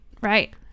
right